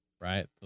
right